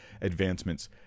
advancements